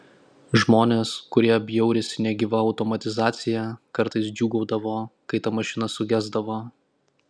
žmonės kurie bjaurisi negyva automatizacija kartais džiūgaudavo kai ta mašina sugesdavo